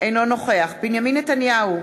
אינו נוכח בנימין נתניהו,